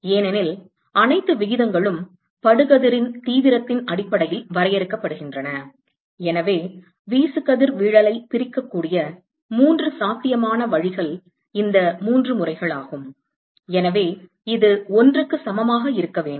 ஏனெனில் அனைத்து விகிதங்களும் படுகதிர் இன் தீவிரத்தின் அடிப்படையில் வரையறுக்கப்படுகின்றன எனவே வீசுகதிர்வீழலைப் பிரிக்கக்கூடிய மூன்று சாத்தியமான வழிகள் இந்த மூன்று முறைகளாகும் எனவே இது 1 க்கு சமமாக இருக்க வேண்டும்